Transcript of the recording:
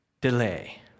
delay